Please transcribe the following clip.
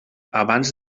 abans